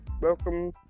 welcome